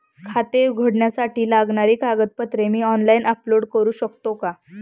खाते उघडण्यासाठी लागणारी कागदपत्रे मी ऑनलाइन अपलोड करू शकतो का?